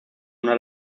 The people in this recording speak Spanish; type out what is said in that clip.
una